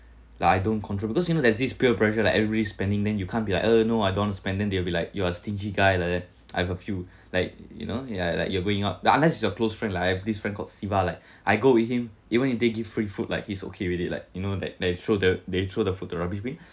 like I don't control because you know there's this pure pressure like every spending then you can't be like uh no I don't want to spend then they'll be like you are stingy guy like that I've a few like you know ya like you're going up but unless it's your close friend like I have this friend called siva like I go with him even if they give free food like he's okay with it like you know that they throw the they throw the food to rubbish bin